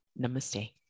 Namaste